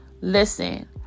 Listen